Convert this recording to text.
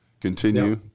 continue